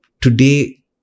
today